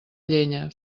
llenya